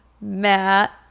Matt